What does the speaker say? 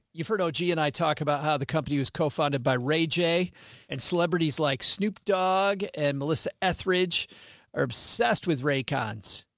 you've heard. oh, g and i talk about how the company was co-funded by ray j and celebrities like snoop dogg, and melissa etheridge are obsessed with ray cons.